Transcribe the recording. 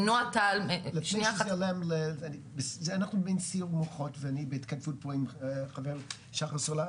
אנחנו במין סיעור מוחות ואני בהתכתבות פה עם החבר שחר סולר,